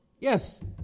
Yes